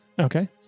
Okay